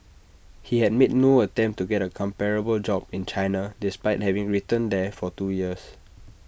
he had made no attempt to get A comparable job in China despite having returned there for two years